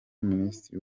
minisitiri